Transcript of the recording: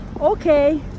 okay